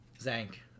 Zank